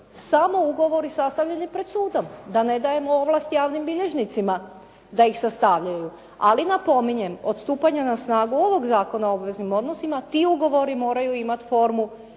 samo ugovori sastavljeni pred sudom, da ne dajemo ovlasti javnim bilježnicima da ih sastavljaju. Ali napominjem, od stupanja na snagu ovog Zakona o obveznim odnosima ti ugovori moraju imati formu